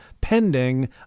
pending